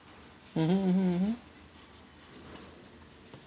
mmhmm mmhmm mmhmm